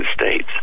States